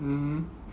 mmhmm